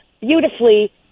beautifully